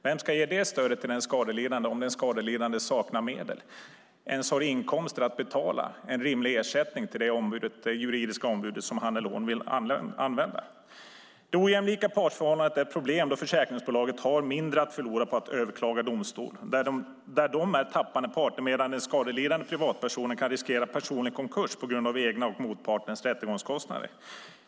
Vem ska ge det stödet till den skadelidande om den skadelidande saknar medel och inte ens har inkomster att betala ersättning till det juridiska ombud som han eller hon vill använda? Det ojämlika partsförhållandet är ett problem då försäkringsbolaget har mindre att förlora på att överklaga domslut där de är tappande part medan den skadelidande privatpersonen kan riskera personlig konkurs på grund av egna och motpartens rättegångskostnader.